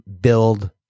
build